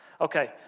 Okay